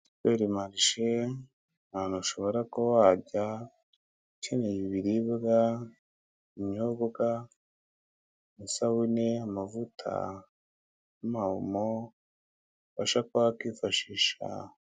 Superimarishe n'ahantu ushobora kuba wajya ukeneye ibiribwa, ibinyobwa, amasabune, amavuta n'ama omo ubasha kuba wakwifashisha.